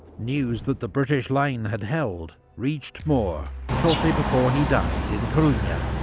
news that the british line had held reached moore shortly before he died in coruna,